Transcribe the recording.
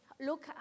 look